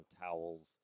towels